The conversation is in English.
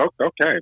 okay